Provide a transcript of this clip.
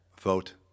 Vote